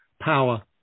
power